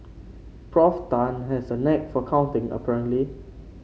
Prof Tan has a knack for counting apparently